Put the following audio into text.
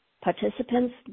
participants